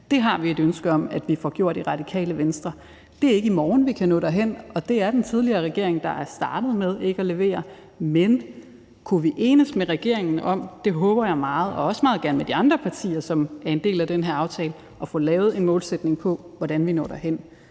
Venstre et ønske om at vi får gjort. Det er ikke i morgen, vi kan nå derhen, og det er den tidligere regering, der er startet med ikke at levere, men kunne vi enes med regeringen om – det håber jeg meget, og også meget gerne med de andre partier, som er en del af den her aftale – at få lavet en målsætning, så vi når derhen,